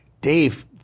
Dave